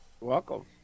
Welcome